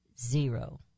Zero